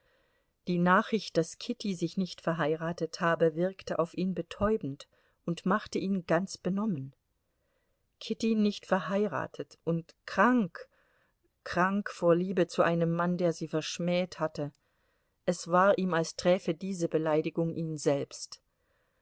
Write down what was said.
die nachricht daß kitty sich nicht verheiratet habe wirkte auf ihn betäubend und machte ihn ganz benommen kitty nicht verheiratet und krank krank vor liebe zu einem mann der sie verschmäht hatte es war ihm als träfe diese beleidigung ihn selbst